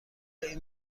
این